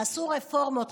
תעשו רפורמות,